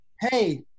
hey